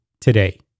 today